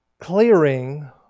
clearing